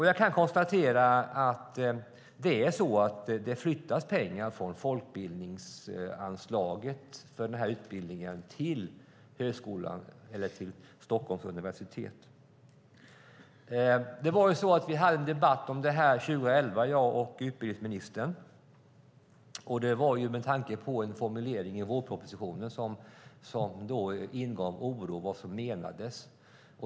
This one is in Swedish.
Jag kan konstatera att det flyttas pengar från folkbildningsanslaget för den här utbildningen till Stockholms universitet. Jag och utbildningsministern hade en debatt om detta 2011. Det var med tanke på en formulering i vårpropositionen som ingav oro.